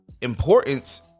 importance